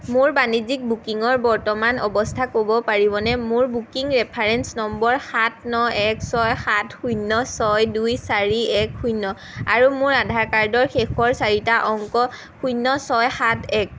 মোৰ বাণিজ্যিক বুকিঙৰ বৰ্তমান অৱস্থা ক'ব পাৰিবনে মোৰ বুকিং ৰেফাৰেঞ্চ নম্বৰ সাত ন এক ছয় সাত শূন্য ছয় দুই চাৰি এক শূন্য আৰু মোৰ আধাৰ কাৰ্ডৰ শেষৰ চাৰিটা অংক শূন্য ছয় সাত এক